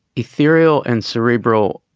ethereal and cerebral,